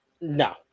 No